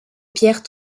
pierres